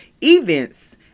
Events